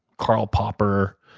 karl popper,